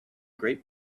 great